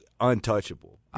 untouchable